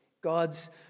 God's